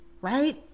right